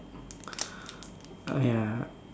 ya